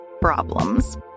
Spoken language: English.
problems